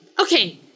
Okay